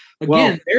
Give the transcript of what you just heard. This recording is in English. again